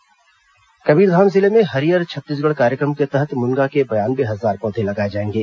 हरियर छत्तीसगढ़ कबीरधाम जिले में हरियर छत्तीसगढ़ कार्यक्रम के तहत मुनगा के बयानवे हजार पौधे लगाए जाएंगे